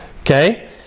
Okay